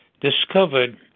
discovered